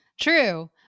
true